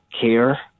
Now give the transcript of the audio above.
care